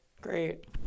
great